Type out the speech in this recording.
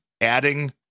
adding